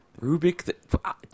Rubik